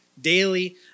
daily